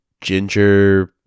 ginger